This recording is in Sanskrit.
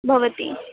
भवती